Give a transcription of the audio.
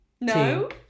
No